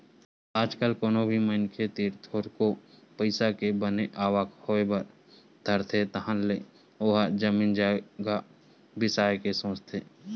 आज कल कोनो भी मनखे तीर थोरको पइसा के बने आवक होय बर धरथे तहाले ओहा जमीन जघा बिसाय के सोचथे